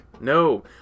No